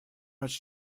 much